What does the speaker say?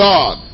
God